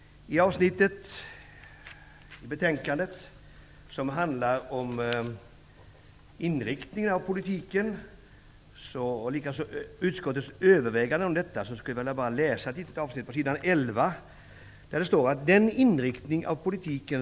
Jag skulle vilja läsa ett litet avsnitt i betänkandet som handlar om utskottets överväganden när det gäller inriktningen av politiken.